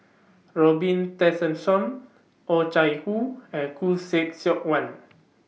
Robin Tessensohn Oh Chai Hoo and Khoo Seok Wan